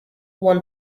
one